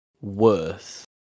worth